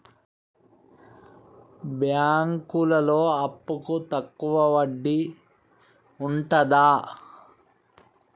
బ్యాంకులలో అప్పుకు తక్కువ వడ్డీ ఉంటదా?